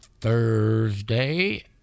Thursday